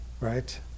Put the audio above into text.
right